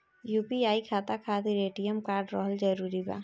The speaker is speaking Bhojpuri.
यू.पी.आई खाता खातिर ए.टी.एम कार्ड रहल जरूरी बा?